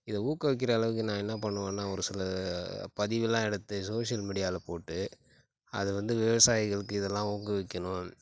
இத ஊக்கவிக்கிற அளவுக்கு நான் என்ன பண்ணுவேன்னா ஒரு சில பதிவுலாம் எடுத்து சோஷியல் மீடியாவில போட்டு அது வந்து விவசாயிகளுக்கு இதெல்லாம் ஊக்குவிக்கணும்